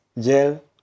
gel